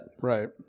Right